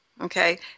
okay